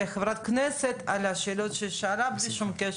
לחברת הכנסת על השאלות שהיא שאלה בלי שום קשר לחוק המשלים.